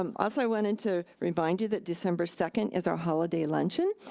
um also i wanted to remind you that december second is our holiday luncheon.